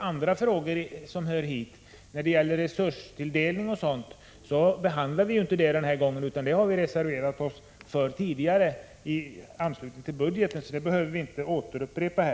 Andra hithörande frågor som gäller resurstilldelning och annat behandlas inte denna gång. När det gäller dessa har vi reserverat oss tidigare i anslutning till budgetbehandlingen så det behöver vi inte upprepa nu.